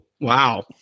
wow